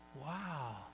wow